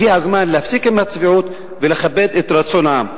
הגיע הזמן להפסיק עם הצביעות ולכבד את רצון העם.